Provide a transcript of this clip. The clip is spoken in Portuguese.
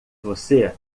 você